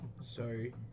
Sorry